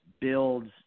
builds